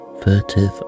furtive